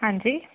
हाँ जी